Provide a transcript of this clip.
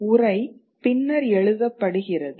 உரை பின்னர் எழுதப்படுகிறது